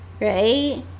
right